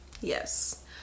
Yes